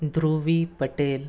Dhruvi Patel